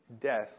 death